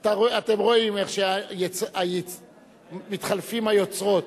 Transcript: אתם רואים איך מתחלפים היוצרות.